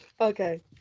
Okay